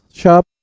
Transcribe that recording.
shop